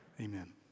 Amen